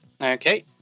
Okay